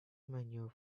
manure